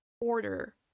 order